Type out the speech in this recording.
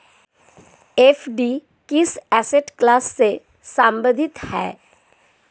FD किस asset class से संबंधित है?